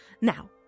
Now